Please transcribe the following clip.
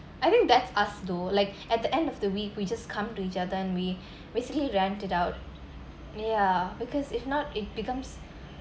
I think that's us though like at the end of the week we just come to each other we basically rent it out ya because if not it becomes